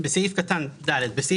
(ד) "בסעיף קטן (ד),